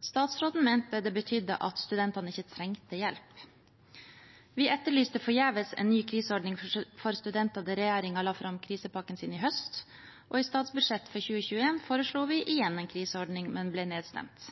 Statsråden mente det betydde at studentene ikke trengte hjelp. Vi etterlyste forgjeves en ny kriseordning for studenter da regjeringen la fram krisepakken sin i høst, og i statsbudsjettet for 2021 foreslo vi igjen en kriseordning, men ble nedstemt.